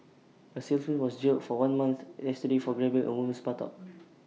A salesman was jailed for one month yesterday for grabbing A woman's buttock